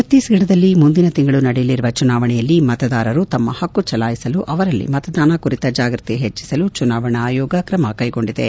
ಚತೀಸ್ಗಢದಲ್ಲಿ ಮುಂದಿನ ತಿಂಗಳು ನಡೆಯಲಿರುವ ಚುನಾವಣೆಯಲ್ಲಿ ಮತದಾರರು ತಮ್ಮ ಹಕ್ಕು ಚಲಾಯಿಸಲು ಅವರಲ್ಲಿ ಮತದಾನ ಕುರಿತ ಜಾಗ್ವತಿ ಹೆಚ್ಚಿಸಲು ಚುನಾವಣಾ ಆಯೋಗ ಕ್ರಮ ಕೈಗೊಂಡಿದೆ